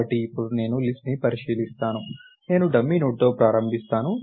కాబట్టి ఇప్పుడు నేను లిస్ట్ ను పరిశీలిస్తాను నేను డమ్మీ నోడ్తో ప్రారంభిస్తాను